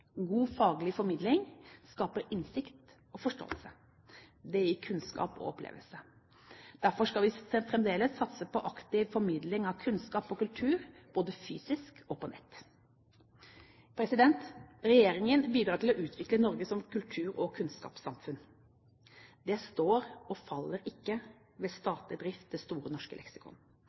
God faglig formidling skaper innsikt og forståelse. Det gir kunnskap og opplevelse. Derfor skal vi fremdeles satse på aktiv formidling av kunnskap og kultur, både fysisk og på nett. Regjeringen bidrar til å utvikle Norge som kultur- og kunnskapssamfunn. Det står og faller ikke med statlig drift av Store norske leksikon.